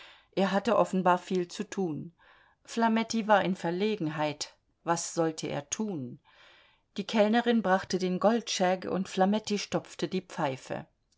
er hatte offenbar viel zu tun flametti war in verlegenheit was sollte er tun die kellnerin brachte den goldshag und flametti stopfte die pfeife